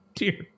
Dear